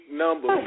number